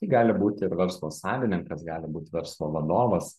tai gali būti ir verslo savininkas gali būt verslo vadovas